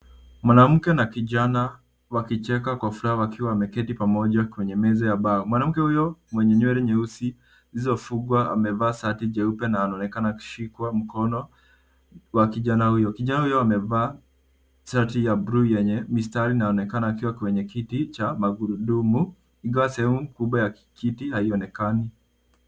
Mwanamke na kijana wakicheka kwa furaha wakiwa wameketi pamoja kwenye meza ya mbao. Mwanamke huyo mwenye nywele nyeusi zilizofungwa amevaa shati jeupe na anaonekana akishikwa mkono wa kijana huyo. Kijana huyo amevaa shati ya bluu yenye mistari inaonekana akiwa kwenye kiti cha magurudumu ingawa sehemu kubwa ya kiti haionekani.